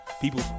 People